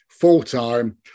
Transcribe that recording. full-time